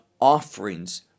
offerings